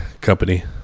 company